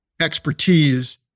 expertise